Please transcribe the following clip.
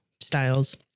styles